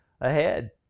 ahead